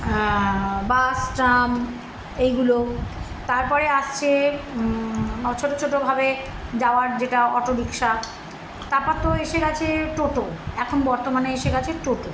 বাস tram এইগুলো তারপরে আসছে ছোটো ছোটোভাবে যাওয়ার যেটা অটোরিক্সা তারপর তো এসে গেছে টোটো এখন বর্তমানে এসে গেছে টোটো